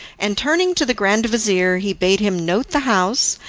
and turning to the grand-vizir, he bade him note the house,